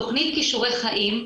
תוכנית קישורי חיים,